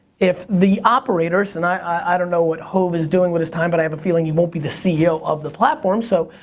if the operators, and i i don't know what hove is doing with his time but i have a feeling he won't be the ceo of the platform. so,